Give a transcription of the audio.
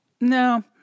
No